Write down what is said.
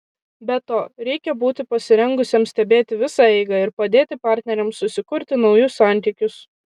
be to reikia būti pasirengusiam stebėti visą eigą ir padėti partneriams susikurti naujus santykius